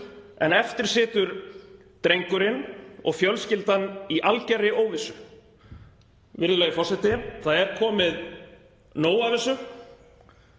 en eftir situr drengurinn og fjölskyldan í algerri óvissu. Virðulegi forseti. Það er komið nóg af þessu.